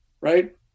right